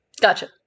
Gotcha